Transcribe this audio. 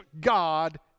God